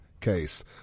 case